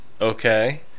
Okay